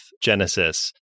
Genesis